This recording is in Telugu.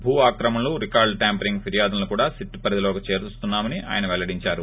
భూ అక్రమాలు రికార్తులు ట్యాంపరింగ్ ఫీర్యాదులను కూడా సిట్ పరిధిలోకి చేరుస్తున్నామని ఆయన పెల్లడించారు